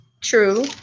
true